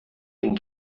den